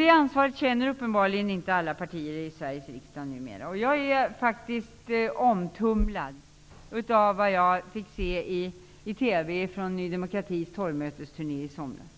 Det ansvaret känner numera uppenbarligen inte alla partier i Sveriges riksdag. Jag är faktiskt omtumlad av vad jag fick se i TV från Ny demokratis torgmötesturné i somras.